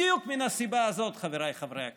בדיוק מן הסיבה הזאת, חבריי חברי הכנסת,